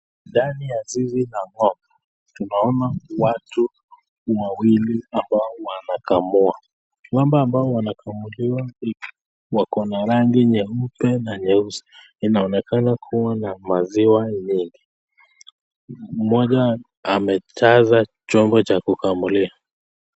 Ndani ya zizi la ngombe tunaona watu wawili ambao wanakamua. ngombe inayokamulia inaonekana ya rangi nyeupe na nyeusi. Inaonekana kua na maziwa nyingi. Mmoja amejaza chombo cha kukamulia.